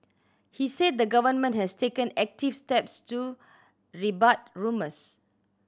he said the Government has taken active steps to rebut rumours